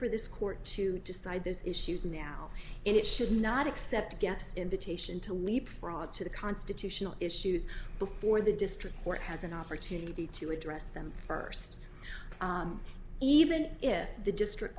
for this court to decide this issues now and it should not except it gets invitation to leapfrog to the constitutional issues before the district court has an opportunity to address them first even if the district